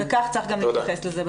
וכך גם צריך להתייחס לזה,